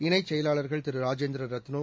இணைச் செயலாளர்கள் திரு ராஜேந்திர ரத்னு